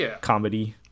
comedy